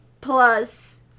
Plus